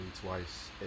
twice